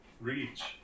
reach